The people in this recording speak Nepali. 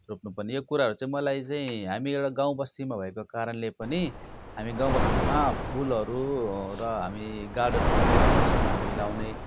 रोप्नु पर्ने यो कुराहरू चाहिँ मलाई चाहिँ हामी एउटा गाउँबस्तीमा भएको कारणले पनि हामी गाउँबस्तीमा फुलहरू र हामी गार्डनहरू चैँ राम्रो सँग हामी लगाउने